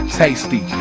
tasty